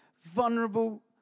vulnerable